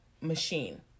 machine